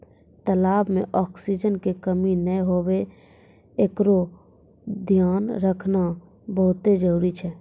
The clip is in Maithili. तलाब में ऑक्सीजन के कमी नै हुवे एकरोॅ धियान रखना बहुत्ते जरूरी छै